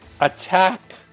Attack